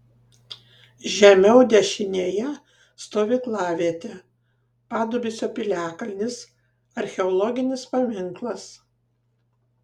žemiau dešinėje stovyklavietė padubysio piliakalnis archeologinis paminklas